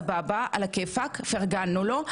סבבה, פרגנו לו.